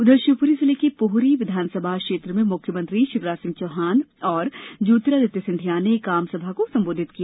उधर शिवपुरी जिले के पोहरी विधानसभा क्षेत्र में मुख्यमंत्री शिवराज सिंह चौहान और ज्योतिरादित्य सिंधिया ने एक आम सभा को संबोधित किया